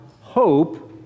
hope